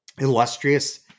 illustrious